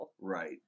right